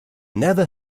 never